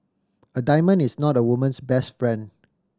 a diamond is not a woman's best friend